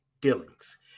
dealings